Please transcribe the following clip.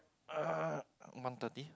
one thirty